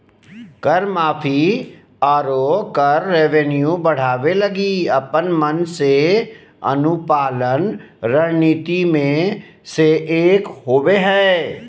कर माफी, आरो कर रेवेन्यू बढ़ावे लगी अपन मन से अनुपालन रणनीति मे से एक होबा हय